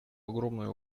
огромную